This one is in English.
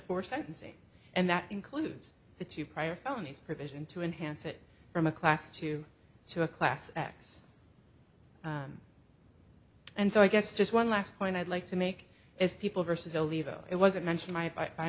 for sentencing and that includes the two prior felonies provision to enhance it from a class two to a class act and so i guess just one last point i'd like to make is people versus oliva it wasn't mentioned my by